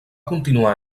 continuar